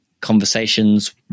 conversations